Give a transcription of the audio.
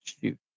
shoot